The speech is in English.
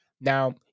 now